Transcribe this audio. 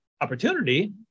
opportunity